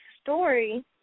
story